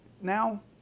now